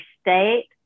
state